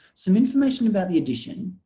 some information about the edition,